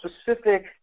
specific